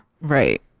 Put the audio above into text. Right